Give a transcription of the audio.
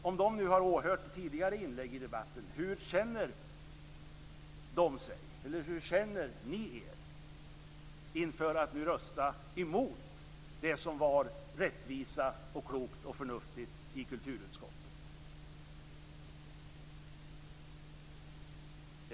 Om de nu har åhört tidigare inlägg i debatten vill jag fråga: Hur känner ni er inför att rösta emot det som var rättvisa, klokt och förnuftigt i kulturutskottet?